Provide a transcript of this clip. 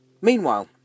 Meanwhile